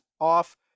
off